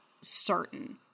certain